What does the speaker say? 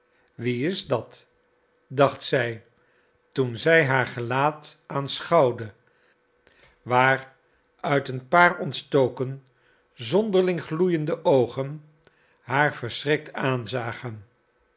wie is dat dacht zij toen zij haar gelaat aanschouwde waar uit een paar ontstoken zonderling gloeiende oogen haar verschrikt aanzagen